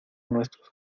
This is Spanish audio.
nuestros